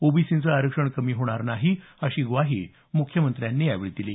ओबीसींचं आरक्षण कमी होणार नाही अशी ग्वाही म्ख्यमंत्र्यांनी यावेळी दिली